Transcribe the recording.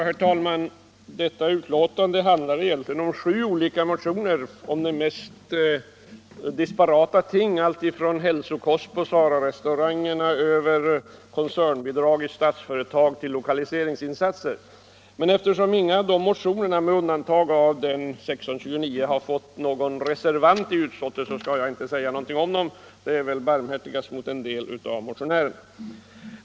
Herr talman! Detta betänkande handlar egentligen om sju olika motioner om de mest disparata ting, alltifrån hälsokost på SARA-restauranger, över koncernbidrag i Statsföretag till lokaliseringsinsatser, men eftersom ingen av de motionerna med undantag av nr 1629 har fått någon reservant i utskottet skall jag inte säga någonting om dem. Det är väl barmhärtigast mot en del av motionärerna.